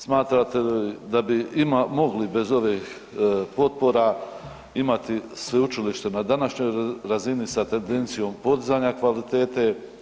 Smatrate li da bi mogli bez ovih potpora mogli imati sveučilište na današnjoj razini sa tendencijom podizanja kvalitete?